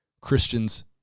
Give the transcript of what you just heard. christians